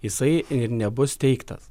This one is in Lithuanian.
jisai ir nebus teiktas